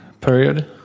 period